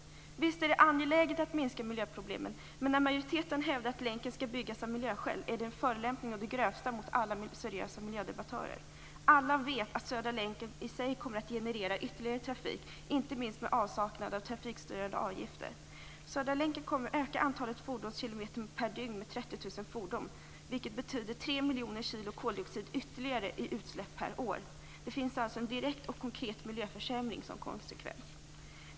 Visst är det angeläget att minska miljöproblemen, men när majoriteten hävdar att länken skall byggas av miljöskäl är det en förolämpning å det grövsta mot alla seriösa miljödebattörer. Alla vet att Södra länken i sig kommer att generera ytterligare trafik, inte minst med avsaknad av trafikstyrande avgifter. Södra länken kommer att öka antalet fordonskilometer per dygn med 30 000 fordon, vilket betyder tre miljoner kilo koldioxid ytterligare i utsläpp per år. Det finns alltså en direkt och konkret miljöförsämring som konsekvens.